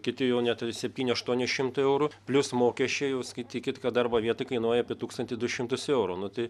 kiti jau net septyni aštuoni šimtai eurų plius mokesčiai jau skaitykit kad darbo vieta kainuoja apie tūkstantį du šimtus eurų nu tai